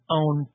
own